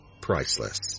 Priceless